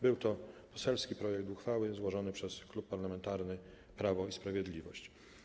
Był to poselski projekt uchwały złożony przez Klub Parlamentarny Prawo i Sprawiedliwość.